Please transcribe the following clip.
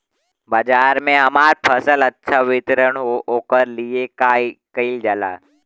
बाजार में हमार फसल अच्छा वितरण हो ओकर लिए का कइलजाला?